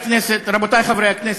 רבותי חברי הכנסת,